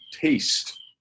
taste